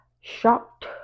shocked